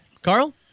Carl